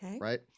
right